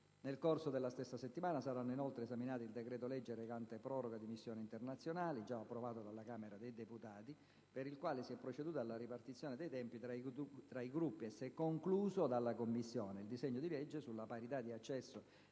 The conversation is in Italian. Nel corso della stessa settimana saranno inoltre esaminati il decreto-legge recante proroga di missioni internazionali, già approvato dalla Camera dei deputati -per il quale si è proceduto alla ripartizione dei tempi tra i Gruppi - e, se concluso dalla Commissione, il disegno di legge sulla parità di accesso